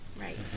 Right